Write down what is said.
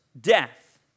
death